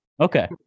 Okay